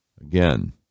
Again